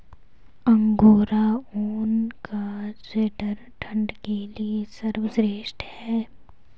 angora ऊन का sweater ठंड के लिए सर्वश्रेष्ठ है